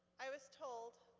i was told,